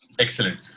Excellent